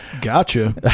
gotcha